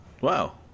wow